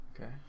Okay